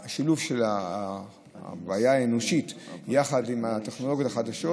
השילוב של הבעיה האנושית והטכנולוגיות החדשות